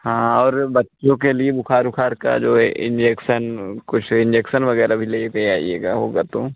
हाँ और बच्चों के लिए बुखार उखार का जो है इंजेक्सन कुछ इंजेक्सन वगैरह भी लेते आइएगा होगा तो